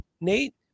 Nate